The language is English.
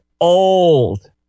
old